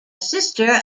sister